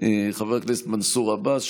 חבר הכנסת מנסור עבאס,